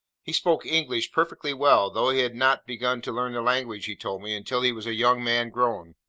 he spoke english perfectly well, though he had not begun to learn the language, he told me, until he was a young man grown.